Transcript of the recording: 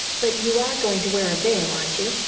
but you are going to wear a veil, aren't you?